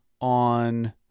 on